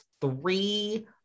three